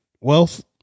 wealth